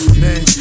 man